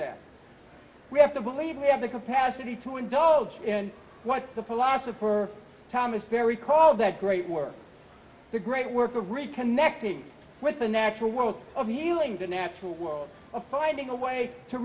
that we have to believe we have the capacity to indulge in what the philosopher thomas perry call that great work the great work of reconnecting with the natural world of healing the natural world of finding a way to